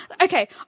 Okay